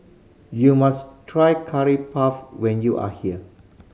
you must try Curry Puff when you are here